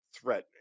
threat